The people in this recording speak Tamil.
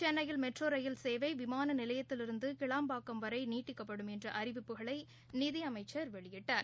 சென்னையில் மெட்ரோரயில் சேவைவிமானநிலையத்திலிருந்துகிளாம்பாக்கம் வரைநீட்டிக்கப்படும் என்றஅறிவிப்புகளை நிதிஅமைச்சர் வெளியிட்டார்